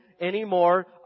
anymore